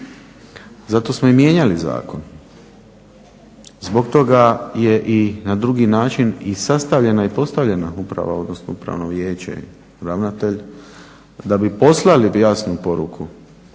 zato smo i mijenjali zakon, zbog toga je i na drugi način i sastavljena i postavljena uprava, odnosno Upravno vijeće i ravnatelj da bi poslali jasnu poruku